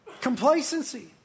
Complacency